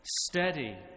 steady